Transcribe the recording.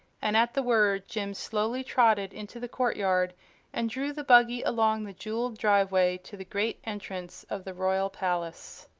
and at the word jim slowly trotted into the courtyard and drew the buggy along the jewelled driveway to the great entrance of the royal palace.